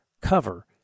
cover